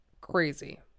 crazy